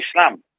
Islam